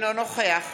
נגד